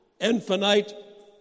infinite